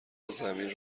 زمین